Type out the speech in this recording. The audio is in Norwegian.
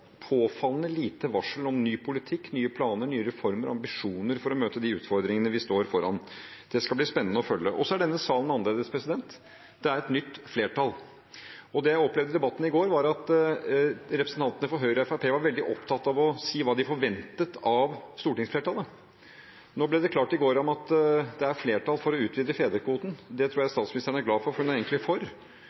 påfallende lite varsel om ny politikk, nye planer, nye reformer og ambisjoner for å møte de utfordringene vi står foran. Det skal bli spennende å følge. Så er denne salen annerledes – det er et nytt flertall. Det jeg opplevde i debatten i går, var at representantene for Høyre og Fremskrittspartiet var veldig opptatt av å si hva de forventet av stortingsflertallet. Nå ble det klart i går at det er flertall for å utvide fedrekvoten. Det tror jeg statsministeren er glad for, for hun er egentlig for.